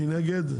מי נגד?